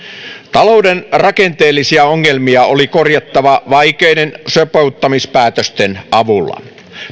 talouden rakenteellisia ongelmia oli korjattava vaikeiden sopeuttamispäätösten avulla